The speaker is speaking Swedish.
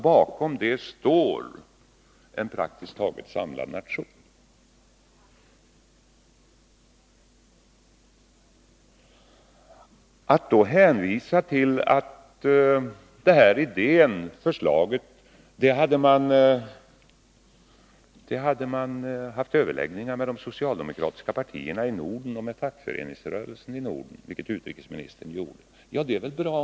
Utrikesministern hänvisar till det faktum att man när det gäller den här idén, det här förslaget, har haft överläggningar med de socialdemokratiska partierna i Norden och fackföreningsrörelsen i Norden, och det är väl bra.